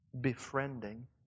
befriending